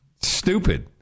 Stupid